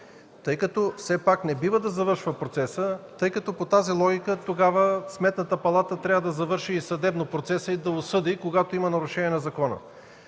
тъй като все пак не бива да завършва процесът. По тази логика тогава Сметната палата трябва да завърши съдебно процеса и да осъди, когато има нарушение на закона.